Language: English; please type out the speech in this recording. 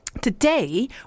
Today